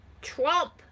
Trump